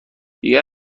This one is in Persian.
دیگر